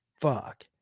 fuck